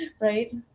Right